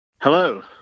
Hello